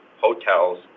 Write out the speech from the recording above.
hotels